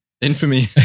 Infamy